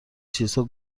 چیزها